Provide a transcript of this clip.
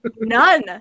None